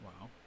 Wow